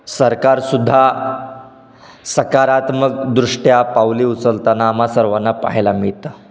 सरकारसुद्धा सकारात्मक दृष्ट्या पावले उचलताना आम्हाला सर्वांना पाहायला मिळतं